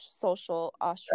social